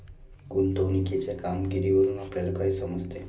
गुंतवणुकीच्या कामगिरीवरून आपल्याला काय समजते?